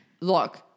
Look